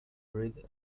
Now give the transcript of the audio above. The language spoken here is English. breed